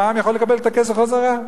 המע"מ יכול לקבל את הכסף חזרה.